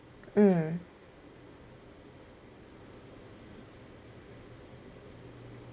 mm